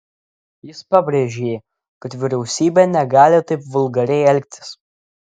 jis pabrėžė kad vyriausybė negali taip vulgariai elgtis